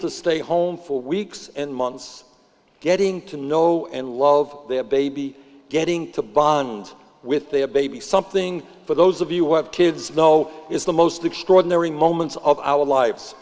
to stay home for weeks and months getting to know and love their baby getting to bond with they have baby something for those of you what kids know is the most extraordinary moments of our lives